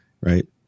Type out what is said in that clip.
right